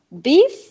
Beef